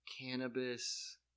cannabis